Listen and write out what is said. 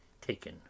Taken